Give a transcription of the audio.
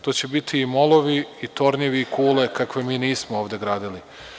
To će biti molovi, tornjevi, kule, kakve mi nismo ovde gradili.